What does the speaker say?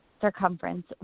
circumference